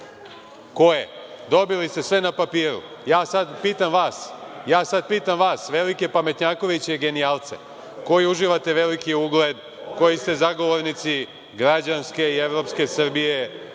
s mesta: Svih deset.)Ja sada pitam vas, velike pametnjakoviće, genijalce koji uživate veliki ugled, koji ste zagovornici građanske i evropske Srbije,